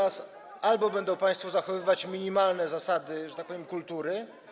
Albo będą państwo zachowywać minimalne zasady, że tak powiem, kultury.